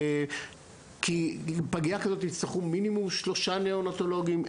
כי לפגייה כזאת יצטרכו מינימום שלושה ניאונטולוגים.